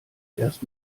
erst